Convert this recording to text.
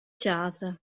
chasa